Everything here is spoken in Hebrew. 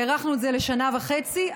והארכנו את זה לשנה וחצי.